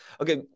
Okay